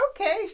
okay